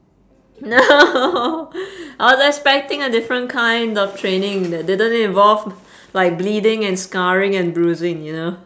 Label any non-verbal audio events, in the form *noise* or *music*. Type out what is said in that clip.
no *laughs* I was expecting a different kind of training that didn't involve like bleeding and scarring and bruising you know